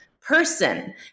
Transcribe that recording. person